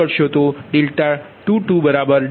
21 26 મળશે જે 0